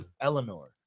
Eleanor